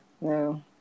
No